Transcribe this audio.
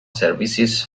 services